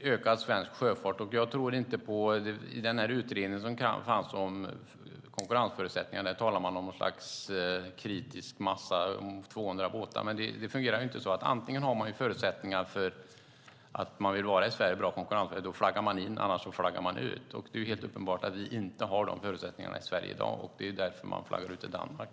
ökad svensk sjöfart. I utredningen som fanns om konkurrensförutsättningarna talar man om något slags kritisk massa om 200 båtar, men det fungerar ju inte så. Antingen har man förutsättningar, bra konkurrens, för att vara i Sverige, och då flaggar man in. Annars flaggar man ut. Det är helt uppenbart att vi inte har dessa förutsättningar i Sverige i dag, och det är därför man flaggar ut till Danmark.